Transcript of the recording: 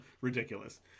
Ridiculous